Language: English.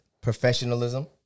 professionalism